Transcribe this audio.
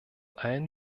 allen